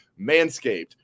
Manscaped